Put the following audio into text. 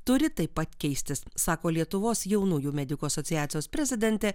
turi taip pat keistis sako lietuvos jaunųjų medikų asociacijos prezidentė